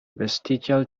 vestigial